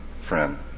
friend